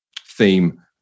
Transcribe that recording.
theme